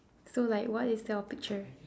so like what is your picture